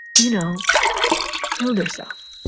you know killed herself.